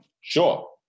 Sure